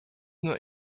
nur